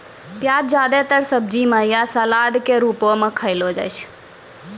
प्याज जादेतर सब्जी म या सलाद क रूपो म खयलो जाय छै